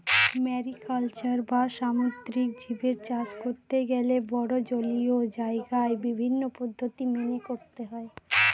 mariculture বা সামুদ্রিক জীবদের চাষ করতে গেলে বড়ো জলীয় জায়গায় বিভিন্ন পদ্ধতি মেনে করতে হয়